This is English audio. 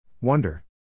Wonder